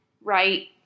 right